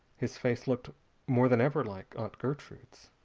his face looked more than ever like aunt gertrude's.